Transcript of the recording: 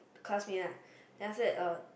classmate lah then after that uh